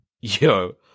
yo